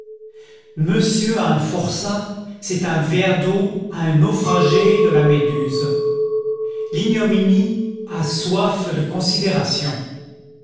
monsieur à un forçat c'est un verre d'eau à un naufragé de la méduse l'ignominie a soif de considération